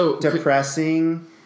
depressing